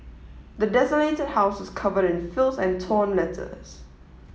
the desolated house is covered in filth and torn letters